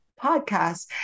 podcast